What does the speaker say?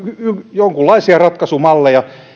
jonkunlaisia ratkaisumalleja